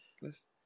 list